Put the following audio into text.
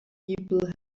people